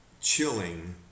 chilling